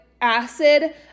acid